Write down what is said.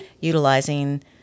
utilizing